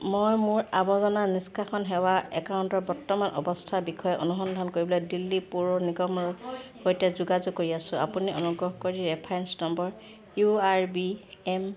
মই মোৰ আৱৰ্জনা নিষ্কাশন সেৱা একাউণ্টৰ বৰ্তমান অৱস্থাৰ বিষয়ে অনুসন্ধান কৰিবলৈ দিল্লী পৌৰ নিগমৰ সৈতে যোগাযোগ কৰি আছোঁ আপুনি অনুগ্ৰহ কৰি reference number U R B M